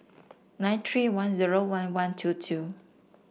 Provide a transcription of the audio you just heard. nine three one zero one one two two